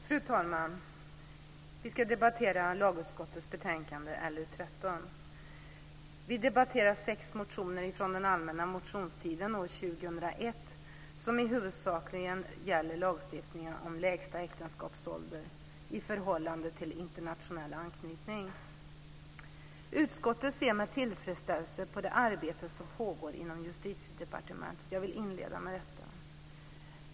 Fru talman! Vi ska debattera lagutskottets betänkande LU13. Vi debatterar sex motioner från den allmänna motionstiden år 2001 som huvudsakligen gäller lagstiftningen om lägsta äktenskapsålder i förhållande till internationell anknytning. Utskottet ser med tillfredsställelse på det arbete som pågår inom Justitiedepartementet - jag vill inleda med att säga det.